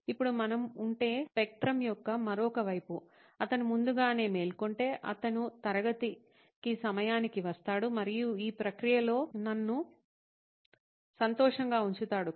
ఇప్పుడు మనం ఉంటే స్పెక్ట్రం యొక్క మరొక వైపు అతను ముందుగానే మేల్కొంటే అతను తరగతికి సమయానికి వస్తాడు మరియు ఈ ప్రక్రియలో నన్ను సంతోషంగా ఉంచుతాడు